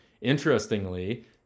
interestingly